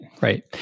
Right